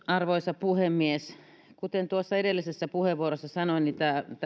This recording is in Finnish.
arvoisa puhemies kuten tuossa edellisessä puheenvuorossa sanoin niin